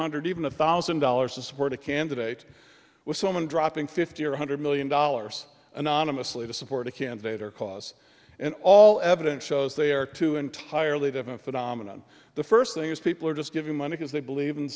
hundred even a thousand dollars to support a candidate with someone dropping fifty or one hundred million dollars anonymously to support a candidate or cause and all evidence shows they are two entirely different phenomenon the first thing is people are just giving money because they believe in